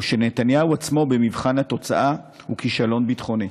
שנתניהו עצמו במבחן התוצאה הוא כישלון ביטחוני.